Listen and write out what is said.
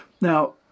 Now